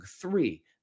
Three